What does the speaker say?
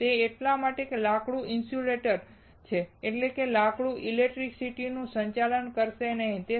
તે એટલા માટે છે કે લાકડું ઇન્સ્યુલેટર છે એટલે કે લાકડું ઇલેક્ટ્રિસિટીનું સંચાલન કરશે નહીં